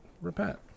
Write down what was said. repent